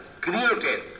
created